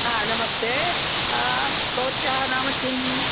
हा नमस्ते भवत्याः नाम किं